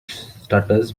stutters